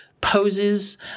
poses